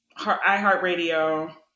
iHeartRadio